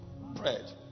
bread